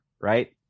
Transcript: right